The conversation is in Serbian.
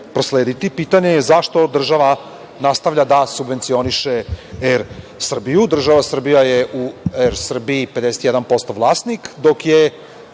Pitanje je – zašto država nastavlja da subvencioniše „Er Srbiju“? Država Srbija je u „Er Srbiji“ 51% vlasnik, dok je